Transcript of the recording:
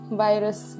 virus